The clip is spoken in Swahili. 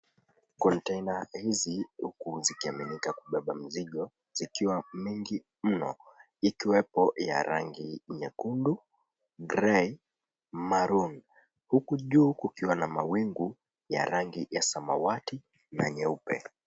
Konteina hizi huku zikiaminika kubeba mizigo zikiwa mingi mno ikiwepo ya rangi nyekundu, grey, maroon . Huku juu kukiwa na mawingu ya rangi ya samawati na nyeupe.